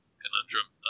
conundrum